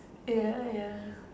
ya ya